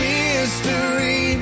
history